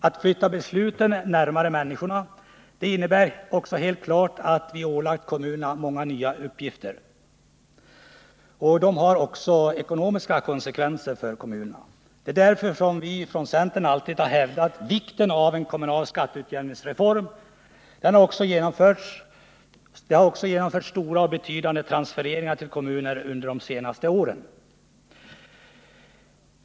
Att flytta besluten närmare människorna innebär också helt klart att vi har ålagt kommunerna många nya uppgifter, som också har ekonomiska konsekvenser. Det är därför vi från centern alltid har hävdat vikten av en kommunal skatteutjämningsreform. Det har också genomförts stora och betydande transfereringar till kommunerna under de senaste åren.